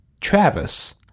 Travis